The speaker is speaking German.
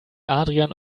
adrian